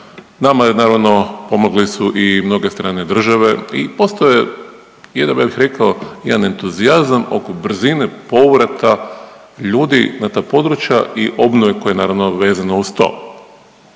nama je naravno, pomogli su i mnoge strane države i ostao je, .../Govornik se ne razumije./... rekao jedan entuzijazam oko brze povrata ljudi na ta područja i obnove koja je naravno vezana uz to.